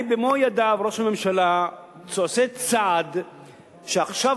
במו ידיו ראש הממשלה עושה צעד שעכשיו